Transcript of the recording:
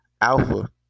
alpha